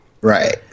Right